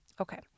Okay